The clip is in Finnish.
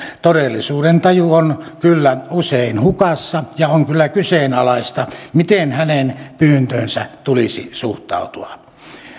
todellisuudentaju on kyllä usein hukassa ja on kyllä kyseenalaista miten hänen pyyntöönsä tulisi suhtautua